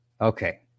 Okay